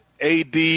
ad